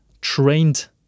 trained